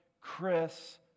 Chris